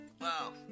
Wow